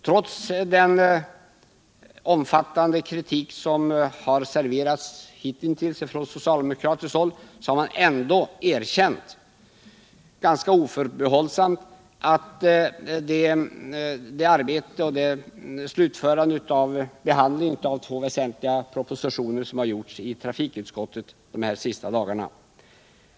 Trots den kritik som hittills anförts från socialdemokratiskt håll har man ganska oförbehållsamt uttalat en erkänsla för det arbete som utskottet utfört då det i dagarna slutfört behandlingen av två mycket väsentliga propositioner för den svenska transportförsörjningen.